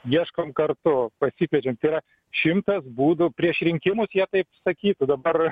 ieškom kartu pasikviečiam tai yra šimtas būdų prieš rinkimus jie taip sakytų dabar